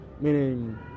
meaning